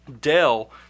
Dell